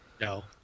No